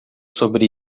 sobre